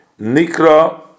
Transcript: Nikra